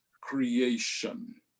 creation